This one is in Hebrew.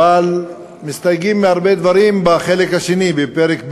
אבל מסתייגים מהרבה דברים בחלק השני, בפרק ב'.